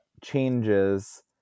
changes